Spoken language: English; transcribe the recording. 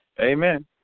Amen